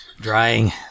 drying